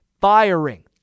firing